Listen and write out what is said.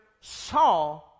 saw